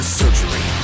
surgery